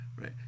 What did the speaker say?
right